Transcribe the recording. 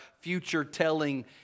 future-telling